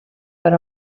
per